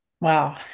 Wow